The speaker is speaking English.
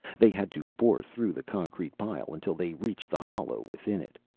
they had to bore through the concrete pile until they reached the hollow within it.